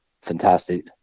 fantastic